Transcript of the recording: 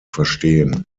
verstehen